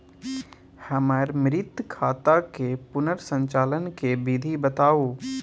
हमर मृत खाता के पुनर संचालन के विधी बताउ?